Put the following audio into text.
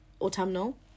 Autumnal